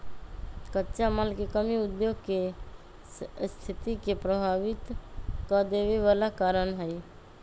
कच्चा माल के कमी उद्योग के सस्थिति के प्रभावित कदेवे बला कारण हई